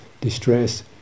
distress